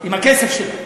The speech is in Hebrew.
עם הכסף שלנו.